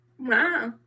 Wow